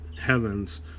heavens